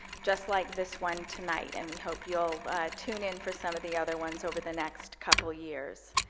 just like this one tonight. and we hope you'll tune in for some of the other ones over the next couple years.